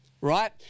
right